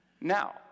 Now